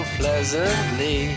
pleasantly